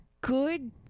good